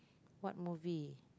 what movie